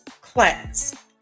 class